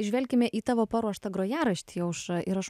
žvelkime į tavo paruoštą grojaraštį aušra ir aš